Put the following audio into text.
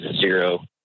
zero